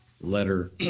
letter